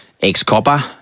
ex-copper